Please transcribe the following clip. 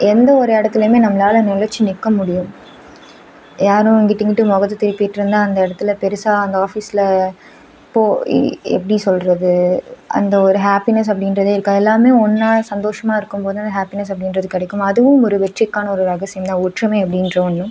எந்த ஒரு இடத்துலயுமே நம்மளால நெலைச்சி நிற்க முடியும் யாரும் இங்கிட்டு இங்கிட்டு முகத்த திருப்பிட்டு இருந்தால் அந்த இடத்துல பெருசாக அந்த ஆஃபீஸில் எப்படி சொல்கிறது அந்த ஒரு ஹாப்பினஸ் அப்படின்றது இருக்காது எல்லாமே ஒன்னாக சந்தோஷமாக இருக்கும் போது அந்த ஹாப்பினஸ் அப்படின்றது கிடைக்கும் அதுவும் ஒரு வெற்றிக்கான ஒரு ரகசியம் தான் ஒற்றுமை அப்படின்ற ஒன்று